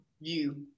view